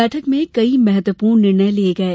बैठक में महत्वपूर्ण निर्णय लिये गये